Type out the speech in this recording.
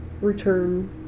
return